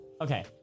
Okay